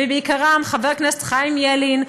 ובעיקר חבר הכנסת חיים ילין,